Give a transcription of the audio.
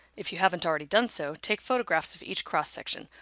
if you haven't already done so, take photographs of each cross section,